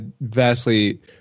vastly